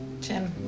Jim